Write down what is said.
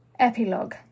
epilogue